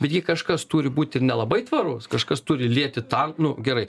bet gi kažkas turi būt ir nelabai tvarus kažkas turi lieti tank nu gerai